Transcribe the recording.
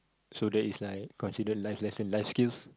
so that is like considered life lesson life skills